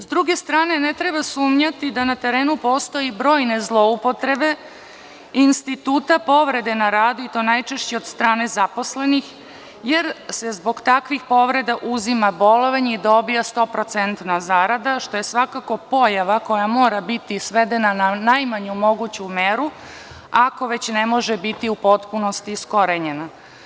S druge strane, ne treba sumnjati da na terenu postoje i brojne zloupotrebe instituta povrede na radu i to najčešće od strane zaposlenih jer se zbog takvih povreda uzima bolovanje i dobija 100% zarada, što je svakako pojava koja mora biti svedena na najmanju moguću meru ako već ne može biti u potpunosti iskorenjena.